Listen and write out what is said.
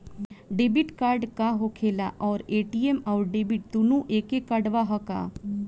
Debit card का होखेला और ए.टी.एम आउर डेबिट दुनों एके कार्डवा ह का?